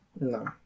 No